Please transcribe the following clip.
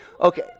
Okay